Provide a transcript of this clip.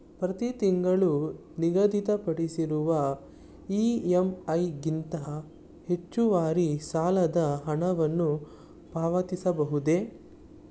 ಪ್ರತಿ ತಿಂಗಳು ನಿಗದಿಪಡಿಸಿರುವ ಇ.ಎಂ.ಐ ಗಿಂತ ಹೆಚ್ಚುವರಿ ಸಾಲದ ಹಣವನ್ನು ಪಾವತಿಸಬಹುದೇ?